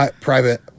Private